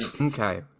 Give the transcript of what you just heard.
okay